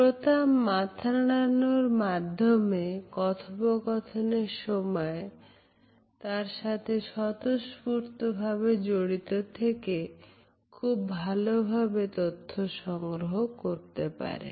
শ্রোতা মাথা নাড়ানোর মাধ্যমে কথোপকথনের সময় তার সাথে স্বতঃস্ফূর্তভাবে জড়িত থেকে খুব ভালোভাবে তথ্য সংগ্রহ করতে পারে